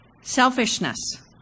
selfishness